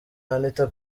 anitha